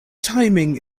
timing